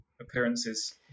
appearances